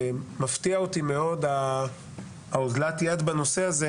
מפתיע אותי מאוד האוזלת יד בנושא הזה